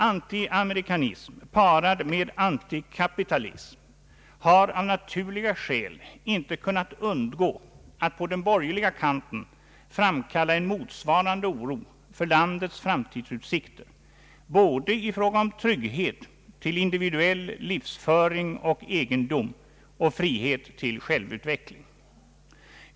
Antiamerikanism parad med antikapitalism har av naturliga skäl inte kunnat undgå att på den borgerliga kanten framkalla en motsvarande oro för landets framtidsutsikter i fråga om både trygghet till individuell livsföring och egendom och frihet till självutveckling.